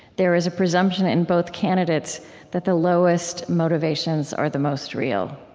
there is a presumption in both candidates that the lowest motivations are the most real.